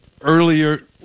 Earlier